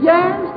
Yes